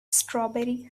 strawberry